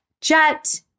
jet